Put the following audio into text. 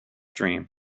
dream